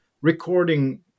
recording